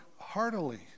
heartily